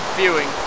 viewing